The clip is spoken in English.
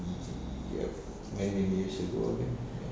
yup maybe we should go there